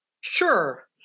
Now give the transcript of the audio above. Sure